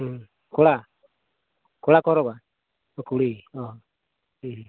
ᱦᱮᱸ ᱠᱚᱲᱟ ᱠᱚᱲᱟ ᱠᱚ ᱦᱚᱨᱚᱜᱼᱟ ᱠᱩᱲᱤ ᱚᱻ